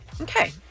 Okay